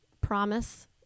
promise